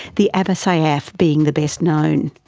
the abu sayyaf being the best known.